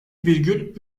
virgül